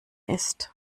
ist